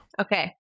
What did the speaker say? Okay